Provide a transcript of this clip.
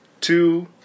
two